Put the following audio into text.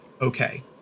Okay